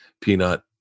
peanut